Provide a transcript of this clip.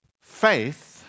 Faith